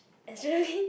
actually